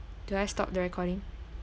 do I stop the recording